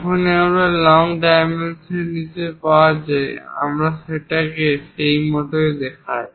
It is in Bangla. যখনই আপনার কাছে লং ডাইমেনশন পাওয়া যায় আমরা সেটাকে সেই মত দেখাই